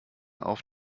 auf